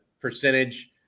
percentage